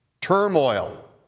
Turmoil